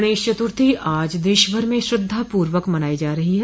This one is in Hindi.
गणेश चतुर्थी आज देशभर में श्रद्वापूर्वक मनाई जा रहो है